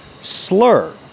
slur